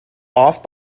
off